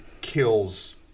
kills